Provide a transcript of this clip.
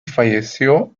falleció